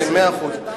כן, מאה אחוז.